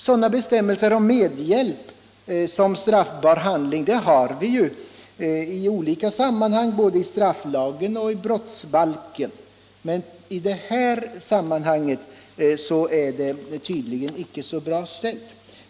Sådana bestämmelser om medhjälp som straffbar handling har vi ju i olika sammanhang både i strafflagen och i brottsbalken, men i detta sammanhang är det tydligen icke så väl ställt.